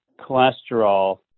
cholesterol